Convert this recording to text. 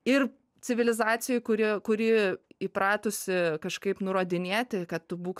ir civilizacijoj kuri kuri įpratusi kažkaip nurodinėti kad tu būk